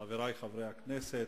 חברי חברי הכנסת,